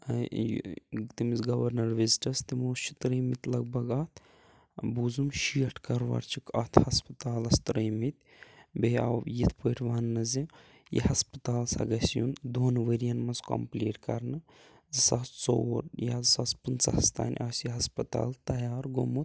ٲں تٔمِس گَورنَر وِزٹَس تِمو چھِ ترٛٲیمِتۍ لگ بھگ اَتھ ٲں بوٗزُم شیٹھ کروڑ چھِکھ اَتھ ہَسپَتالَس ترٛٲیمِتۍ بیٚیہِ آو یِتھ پٲٹھۍ وَننہٕ زِ یہِ ہَسپَتال ہسا گژھہِ یُن دۄن ؤرۍ یَن منٛز کَمپٕلیٖٹ کَرنہٕ زٕ ساس ژوٚوُہ یا زٕ ساس پٕنٛژہَس تانۍ آسہِ یہِ ہَسپَتال تَیار گوٚمُت